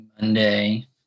Monday